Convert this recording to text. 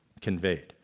conveyed